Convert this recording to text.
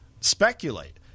speculate